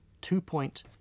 two-point